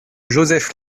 joseph